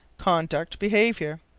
conduct, behavior.